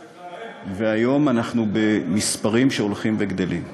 וכיום, במספרים שהולכים וגדלים.